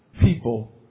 people